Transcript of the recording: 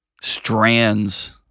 strands